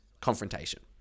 confrontation